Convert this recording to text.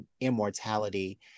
immortality